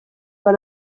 van